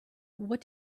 what